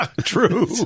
True